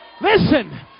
Listen